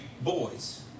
boys